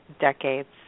decades